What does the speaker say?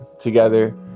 together